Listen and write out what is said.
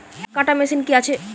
আখ কাটা মেশিন কি আছে?